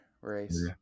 race